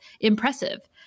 impressive